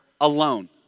alone